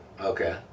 Okay